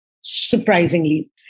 surprisingly